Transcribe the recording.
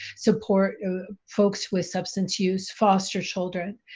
support folks with substance use, foster children.